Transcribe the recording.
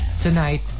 tonight